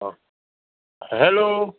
hello